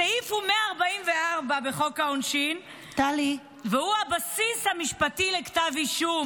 סעיף 144 בחוק העונשין הוא הבסיס המשפט לכתב אישום,